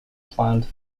plant